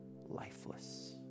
lifeless